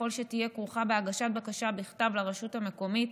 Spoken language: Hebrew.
יכול שתהיה כרוכה בהגשת בקשה בכתב לרשות המקומית,